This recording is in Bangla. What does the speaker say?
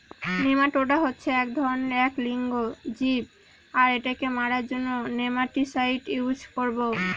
নেমাটোডা হচ্ছে এক ধরনের এক লিঙ্গ জীব আর এটাকে মারার জন্য নেমাটিসাইড ইউস করবো